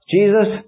Jesus